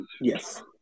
Yes